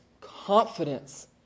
confidence